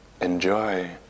enjoy